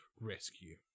rescue